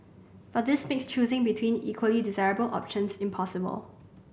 but this makes choosing between equally desirable options impossible